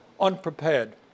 unprepared